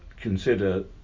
consider